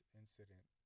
incident